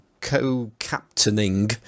co-captaining